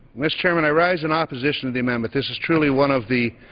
mr. chairman, i rise in opposition to the amendment. this is truly one of the